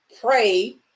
pray